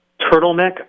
turtleneck